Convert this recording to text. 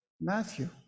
Matthew